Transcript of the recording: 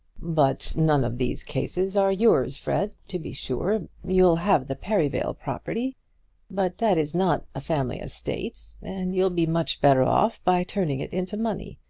but none of these cases are yours, fred. to be sure you'll have the perivale property but that is not a family estate, and you'll be much better off by turning it into money.